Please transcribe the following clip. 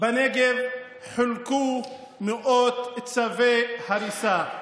בנגב חולקו מאות צווי הריסה.